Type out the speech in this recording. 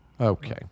Okay